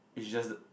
it's just